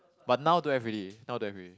but now don't have already now don't have already